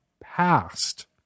past